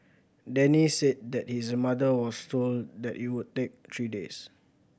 Denny said that his mother was told that it would take three days